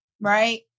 right